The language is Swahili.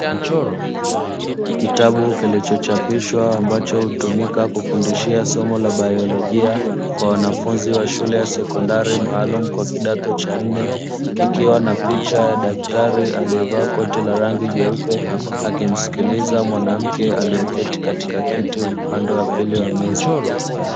Kitabu kilichochapishwa ambacho hutumika kufundishia somo la biolojia kwa wanafunzi wa shule ya sekondari maalumu kwa kidato cha nne, kikiwa na picha ya daktari aliyevaa koti la rangi nyeupe akimsikiliza mwanamke aliyeketi katika kiti upande wa pili wa meza.